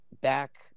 back